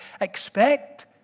expect